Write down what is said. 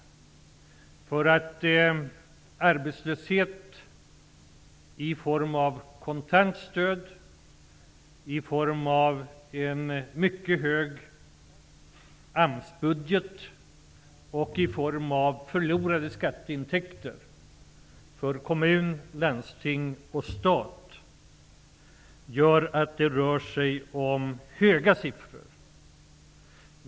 Arbetslöshetsunderstöd i form av kontantstöd, mycket hög AMS-budget och förlorade skatteintäkter för kommuner, landsting och stat gör att det rör sig om höga siffror.